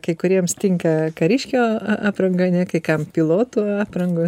kai kuriems tinka kariškio a a apranga ane kai kam piloto aprangos